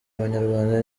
abanyarwanda